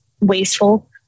wasteful